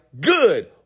good